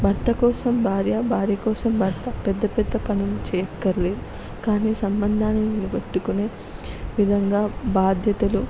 భర్త కోసం భార్య భార్య కోసం భర్త పెద్దపెద్ద పనులు చేయక్కర్లేదు కానీ సంబంధాలని నిలబెట్టుకునే విధంగా బాధ్యతలు